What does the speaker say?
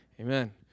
Amen